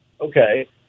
Okay